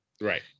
Right